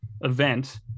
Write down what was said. event